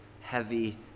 heavy